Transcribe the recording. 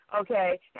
Okay